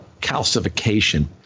calcification